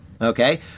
Okay